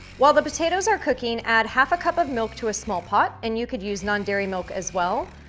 while the potatoes are cooking, add half a cup of milk to a small pot and you could use non-dairy milk, as well,